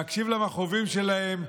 להקשיב למכאובים שלהם,